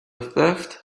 theft